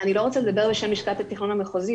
אני לא רוצה לדבר בשם לשכת התכנון המחוזי,